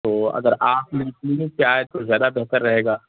تو اگر آپ میری کلینک پہ آئیں تو زیادہ بہتر رہے گا